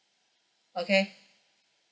okay